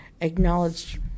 acknowledged